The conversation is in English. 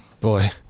Boy